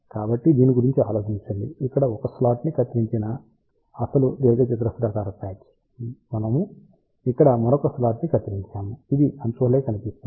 కాబట్టి దీని గురించి ఆలోచించండి ఇక్కడ 1 స్లాట్ ని కత్తిరించిన అసలు దీర్ఘచతురస్రాకార ప్యాచ్ మనము ఇక్కడ మరొక స్లాట్ ని కత్తిరించాము ఇది అంచు వలె కనిపిస్తుంది